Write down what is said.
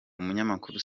umunyamakuru